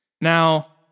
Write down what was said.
Now